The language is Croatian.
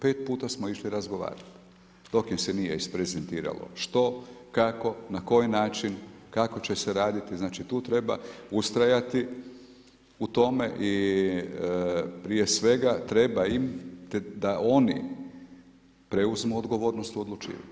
Pet puta smo išli razgovarati, dok im se nije isprezentiralo što, kako, na koji način, kako će se raditi znači tu treba ustrajati u tome i prije svega da oni preuzmu odgovornost u odlučivanju.